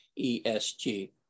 ESG